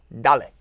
Dale